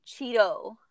cheeto